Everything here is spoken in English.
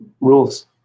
Rules